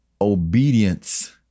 obedience